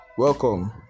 Welcome